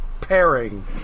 pairing